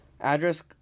Address